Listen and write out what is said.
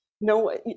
No